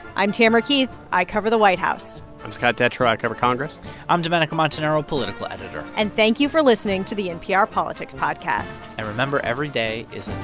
i'm tamara keith. i cover the white house i'm scott detrow. i cover congress i'm domenico montanaro, political editor and thank you for listening to the npr politics podcast and remember, every day is